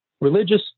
Religious